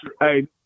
Hey